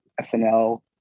SNL